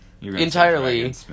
entirely